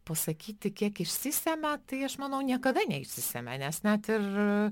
pasakyti kiek išsisemia tai aš manau niekada neišsisemia nes net ir